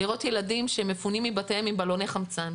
לראות ילדים שמפונים מבתיהם עם בלוני חמצן,